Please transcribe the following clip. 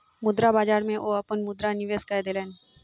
मुद्रा बाजार में ओ अपन मुद्रा निवेश कय देलैन